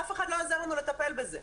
אף אחד לא עזר לנו לטפל בזה.